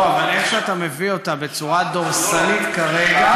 לא, אבל איך שאתה מביא אותה בצורה דורסנית כרגע.